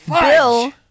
Bill